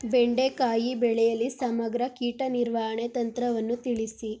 ಬೆಂಡೆಕಾಯಿ ಬೆಳೆಯಲ್ಲಿ ಸಮಗ್ರ ಕೀಟ ನಿರ್ವಹಣೆ ತಂತ್ರವನ್ನು ತಿಳಿಸಿ?